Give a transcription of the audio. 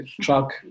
truck